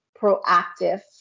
proactive